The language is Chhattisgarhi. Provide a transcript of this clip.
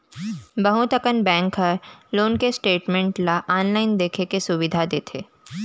बहुत अकन बेंक ह लोन के स्टेटमेंट ल आनलाइन देखे के सुभीता देथे